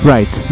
Right